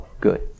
good